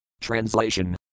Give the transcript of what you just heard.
Translation